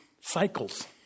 cycles